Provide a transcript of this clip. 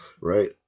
Right